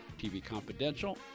tvconfidential